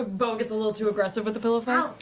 beau gets a little too aggressive with the pillow fight.